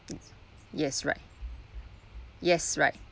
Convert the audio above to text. yes right yes right